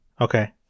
Okay